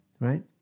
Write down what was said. right